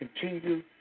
continue